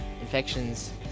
infections